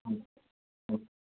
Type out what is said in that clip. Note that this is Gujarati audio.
હ હ